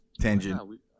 tangent